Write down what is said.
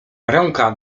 ręka